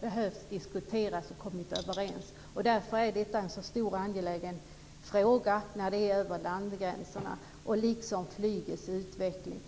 man just diskuterar och kommer överens om miljöskatter. Detta är en så stor och angelägen fråga eftersom det här gäller över landgränserna. Det gäller också flygtrafikens utveckling.